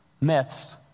myths